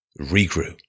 regrew